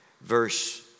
verse